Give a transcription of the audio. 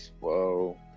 whoa